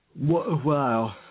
Wow